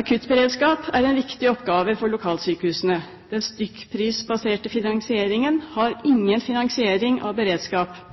Akuttberedskap er en viktig oppgave for lokalsykehusene. Den stykkprisbaserte finansieringen har ingen finansiering av beredskap,